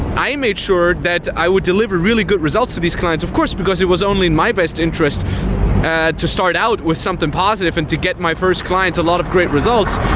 i made sure that i would deliver really good results to these clients, of course, because it was only in my interest to start out with something positive and to get my first clients a lot of great results.